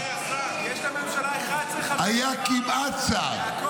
יעקב, יש לממשלה 11 חברים, היה כמעט שר.